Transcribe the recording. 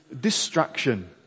distraction